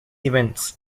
events